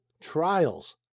trials